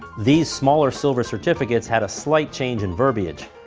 these smaller silver certificates had a slight change in verbiage.